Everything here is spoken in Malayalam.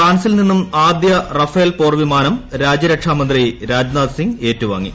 ഫ്രാൻസിൽ നിന്നും ആദ്യൂ റ്റ്ഫേൽ പോർവിമാനം രാജ്യരക്ഷാമന്ത്രി ന് രാജ്നാഥ് സിംഗ് ഏറ്റുവ്വാങ്ങി